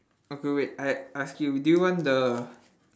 okay wait I ask you do you want the